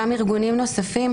גם ארגונים נוספים,